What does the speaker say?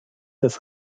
des